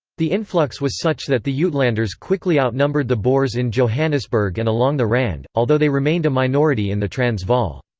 the influx was such that the yeah uitlanders quickly outnumbered the boers in johannesburg and along the rand, although they remained a minority in the transvaal.